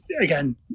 again